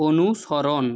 অনুসরণ